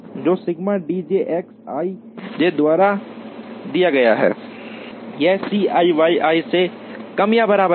जो sigma D j X ij द्वारा दिया गया है यह C i Y i से कम या बराबर है